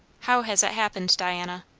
how has it happened, diana?